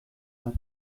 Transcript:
hat